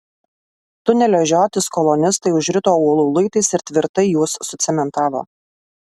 tunelio žiotis kolonistai užrito uolų luitais ir tvirtai juos sucementavo